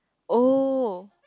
oh